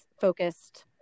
focused